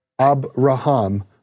Abraham